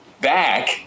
back